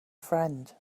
friend